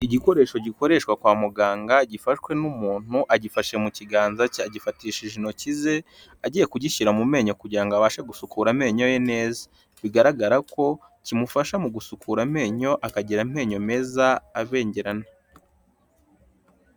Igikoresho gikoreshwa kwa muganga gifashwe n'umuntu agifashe mu kiganza cye agifatishije intoki ze agiye kugishyira mu menyo kugira ngo abashe gusukura amenyo ye neza, bigaragara ko kimufasha mu gusukura amenyo akagira amenyo meza abengerana.